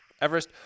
Everest